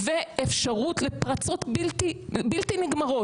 וצריכים להיות חשופים כל הזמן לביקורת.